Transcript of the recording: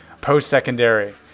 post-secondary